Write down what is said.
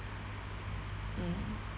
mm